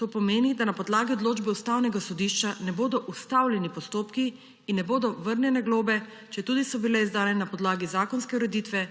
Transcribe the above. To pomeni, da na podlagi odločbe Ustavnega sodišča ne bodo ustavljeni postopki in ne bodo vrnjene globe, četudi so bile izdane na podlagi zakonske ureditve,